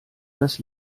das